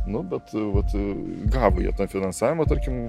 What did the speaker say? nu bet vat gavo jie finansavimo tarkim